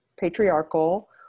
patriarchal